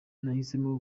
nahisemo